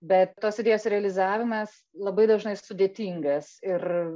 bet tos idėjos realizavimas labai dažnai sudėtingas ir